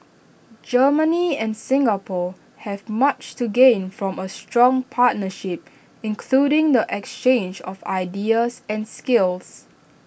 Germany and Singapore have much to gain from A strong partnership including the exchange of ideas and skills